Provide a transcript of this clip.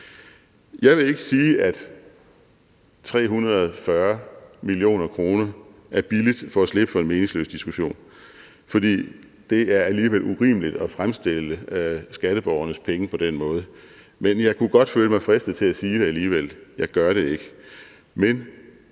Jeg vil ikke sige, at 340 mio. kr. er billigt for at slippe for en meningsløs diskussion, for det er alligevel urimeligt at fremstille skatteborgernes penge på den måde; jeg kunne godt føle mig fristet alligevel, men jeg gør det ikke.